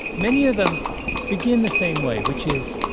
many of them begin the same way, which is,